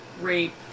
rape